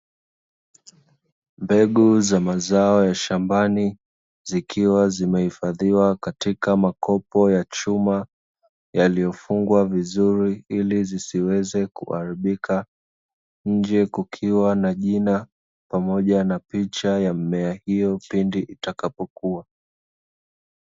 Mbegu za mazao ya shambani zikiwa zimehifadhiwa katika makopo ya chuma yaliyofungwa vizuri ili zisiweze kuharibika, nje kukiwa na jina pamoja na picha ya mmea hiyo pindi itakapokua.